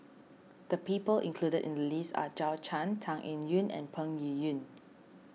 the people included in the list are Zhou Can Tan Eng Yoon and Peng Yuyun